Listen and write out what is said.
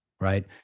right